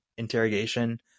interrogation